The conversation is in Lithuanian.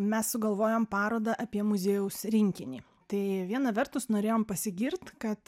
mes sugalvojom parodą apie muziejaus rinkinį tai viena vertus norėjom pasigirt kad